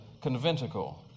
conventicle